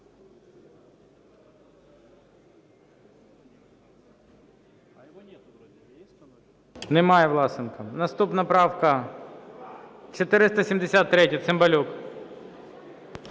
Немає Власенка. Наступна правка 473. Цимбалюк.